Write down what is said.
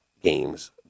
games